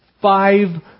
Five